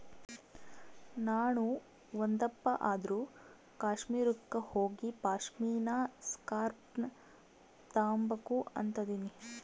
ನಾಣು ಒಂದಪ್ಪ ಆದ್ರೂ ಕಾಶ್ಮೀರುಕ್ಕ ಹೋಗಿಪಾಶ್ಮಿನಾ ಸ್ಕಾರ್ಪ್ನ ತಾಂಬಕು ಅಂತದನಿ